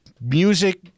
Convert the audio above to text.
music